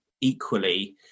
equally